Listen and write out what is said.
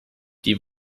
die